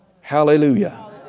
Hallelujah